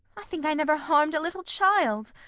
i think i never harmed a little child.